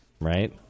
Right